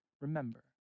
remember